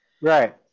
Right